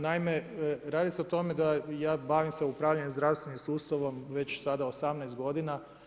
Naime, radi se o tome, da i ja bavim se upravljanjem zdravstvenim sustavom, već sada 18 godina.